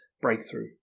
breakthrough